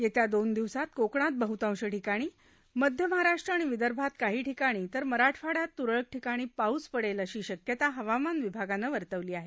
येत्या दोन दिवसात कोकणात बहतांश ठिकाणी मध्य महाराष्ट् आणि विदर्भात काही ठिकाणी तर मराठवाड़यात तुरळक ठिकाणी पाऊस पडेल अशी शक्यता हवामान विभागानं वर्तवली आहे